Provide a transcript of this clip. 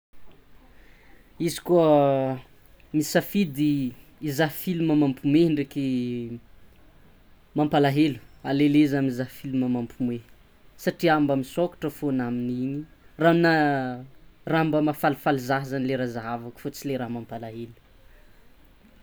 Izy koa misafidy hizaha filma mampome ndreky mampalahelo alele zah mizaha filma mampimoe satria mba misôkatra fogna amin'igny raha mba mahafalifaly zah zany le raha zahavako fa tsy le raha mampalaelo.